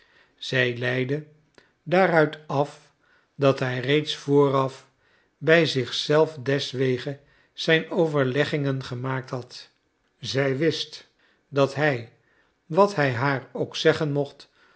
zij leidde daaruit af dat hij reeds vooraf bij zich zelf deswege zijn overleggingen gemaakt had zij wist dat hij wat hij haar ook zeggen mocht